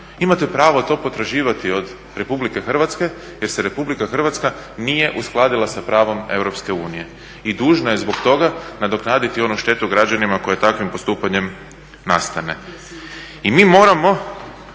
Imate pravo to potraživati od Republike Hrvatske, jer se Republika Hrvatska nije uskladila sa pravom EU. I dužna je zbog toga nadoknaditi onu štetu građanima koja takvim postupanjem nastane. I mi moramo